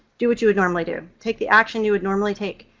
do what you would normally do. take the action you would normally take.